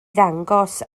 ddangos